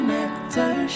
Nectar